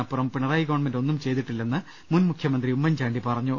നപ്പുറം Pinarayi government ഒന്നും ചെയ്തിട്ടില്ലെന്ന് മുൻ മുഖ്യമന്ത്രി ഉമ്മൻചാണ്ടി പറഞ്ഞു